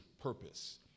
purpose